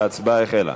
ההצבעה החלה.